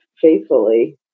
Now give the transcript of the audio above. faithfully